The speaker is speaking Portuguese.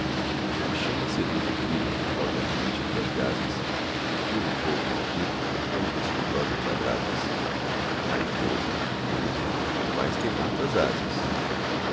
a chama seduz e brilha qual diamante entre as gazas e tu no fogo maldito tão descuidosa te abrasas mariposa mariposa tu vais queimar tuas asas